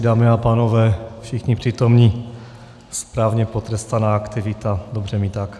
Dámy a pánové, všichni přítomní, správně potrestaná aktivita, dobře mi tak.